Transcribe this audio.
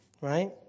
right